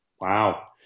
Wow